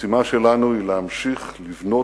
המשימה שלנו היא להמשיך לבנות,